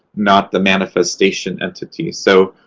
not the manifestation entity. so,